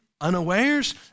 unawares